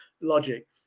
logic